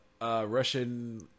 Russian